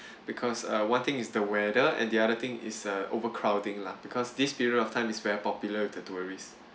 because uh one thing is the weather and the other thing is uh overcrowding lah because this period of time is very popular with the tourists